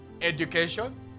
education